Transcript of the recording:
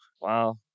Wow